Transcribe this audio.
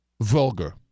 vulgar